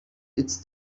it’s